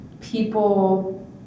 people